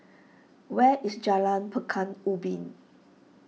where is Jalan Pekan Ubin